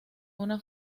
una